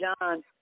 John